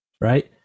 right